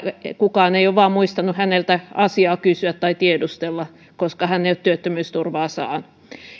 kukaan ei ole vain muistanut häneltä asiaa kysyä tai tiedustella koska hän ei ole työttömyysturvaa saanut